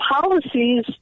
policies